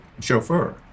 chauffeur